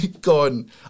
gone